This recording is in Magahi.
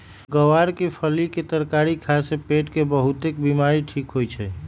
ग्वार के फली के तरकारी खाए से पेट के बहुतेक बीमारी ठीक होई छई